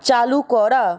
চালু করা